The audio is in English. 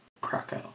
krakow